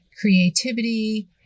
creativity